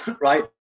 right